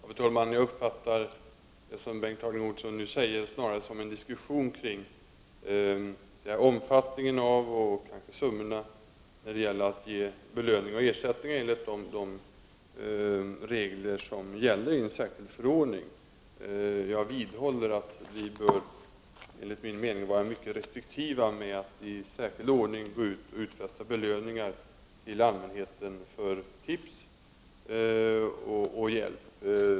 Fru talman! Jag uppfattar det som Bengt Harding Olson nu säger snarast som en diskussion om omfattningen och kanske summorna när det gäller att ge belöning och ersättning enligt de regler som gäller i en särskild förordning. Jag vidhåller att man enligt min mening bör vara mycket restriktiv med att i särskild ordning utfästa belöningar till allmänheten för tips och hjälp.